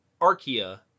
archaea